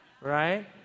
Right